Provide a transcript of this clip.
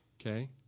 okay